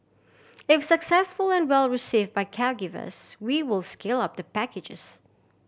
if successful and well received by caregivers we will scale up the packages